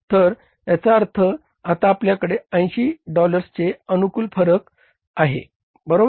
तर याचा अर्थ आता आपल्याकडे 80 डॉलर्सचे अनुकूल फरक आहे बरोबर